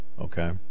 Okay